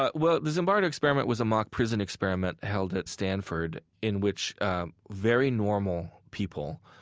but well, the zimbardo experiment was a mock prison experiment held at stanford in which very normal people,